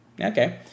Okay